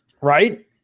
Right